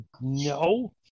no